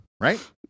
Right